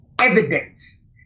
evidence